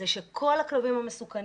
זה שכל הכלבים המסוכנים,